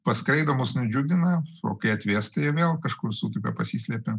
paskraido mus nudžiugina o kai atvėsta jie vėl kažkur sutupia pasislepia